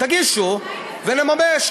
ונממש,